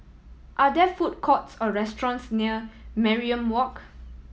are there food courts or restaurants near Mariam Walk